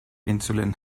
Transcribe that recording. insulin